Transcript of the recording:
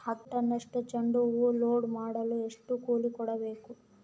ಹತ್ತು ಟನ್ನಷ್ಟು ಚೆಂಡುಹೂ ಲೋಡ್ ಮಾಡಲು ಎಷ್ಟು ಕೂಲಿ ಕೊಡಬೇಕು?